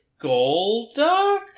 Golduck